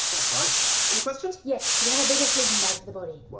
that's right any questions? yes. do we have a bigger sleeping bag for the body? why?